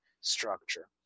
structure